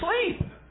sleep